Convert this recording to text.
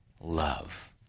love